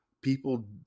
People